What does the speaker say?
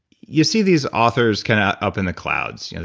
you see these authors kind of up in the clouds. you know